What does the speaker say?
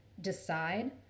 decide